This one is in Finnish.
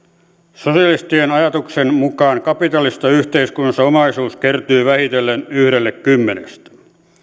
sosialistien ajatuksen mukaan kapitalistisessa yhteiskunnassa omaisuus kertyy vähitellen yhdelle kymmenestä